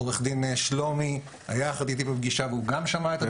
עו"ד שלומי היה יחד איתי בפגישה והוא גם שמע את הדברים.